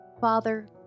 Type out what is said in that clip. Father